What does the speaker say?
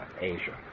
Asia